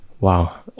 wow